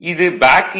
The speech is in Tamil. இது பேக் ஈ